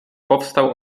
powstał